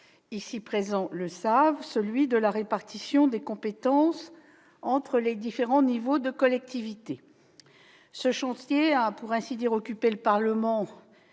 ici présents le savent -, celui de la répartition des compétences entre les différents niveaux de collectivités. Ce chantier a, pour ainsi dire, occupé le Parlement